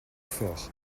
fort